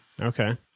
Okay